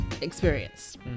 experience